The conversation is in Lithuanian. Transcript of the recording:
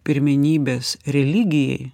pirmenybės religijai